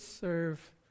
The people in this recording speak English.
serve